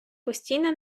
постійна